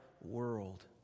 world